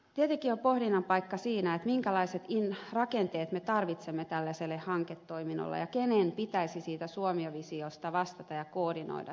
tietenkin on pohdinnan paikka siinä minkälaiset rakenteet me tarvitsemme tällaiselle hanketoiminnalle ja kenen pitäisi siitä suomi visiosta vastata ja koordinoida sitä